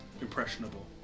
impressionable